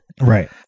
Right